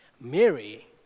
Mary